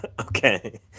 Okay